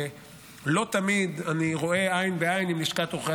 לא תמיד אני רואה עין בעין עם לשכת עורכי